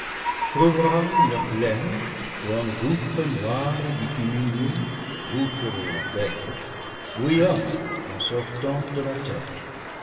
trouvera une plaine où un gouffre noir et bitumineux bouche de l'enfer bouillonne en sortant de la terre